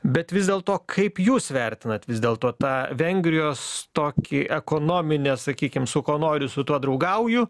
bet vis dėlto kaip jūs vertinat vis dėlto tą vengrijos tokį ekonominį sakykim su kuo noriu su tuo draugauju